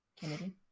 Kennedy